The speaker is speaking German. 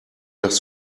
dass